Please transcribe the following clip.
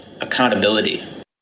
accountability